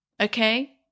Okay